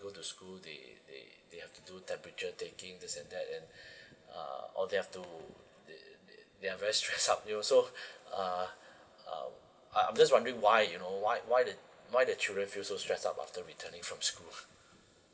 go to school they they they have to do temperature taking this and that and uh or they have to they they they are very stressed up they also uh uh I'm just wondering why you know why why the why the children feel so stressed up after returning from school